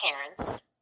parents